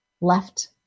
left